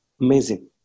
amazing